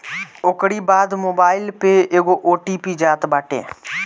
ओकरी बाद मोबाईल पे एगो ओ.टी.पी जात बाटे